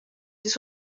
this